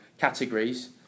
categories